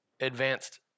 advanced